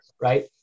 Right